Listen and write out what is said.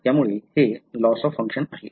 त्यामुळे ते loss of function आहे